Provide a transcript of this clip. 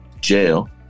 Jail